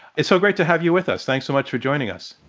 it's so great to have you with us. thanks so much for joining us.